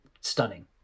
stunning